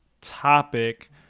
topic